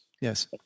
Yes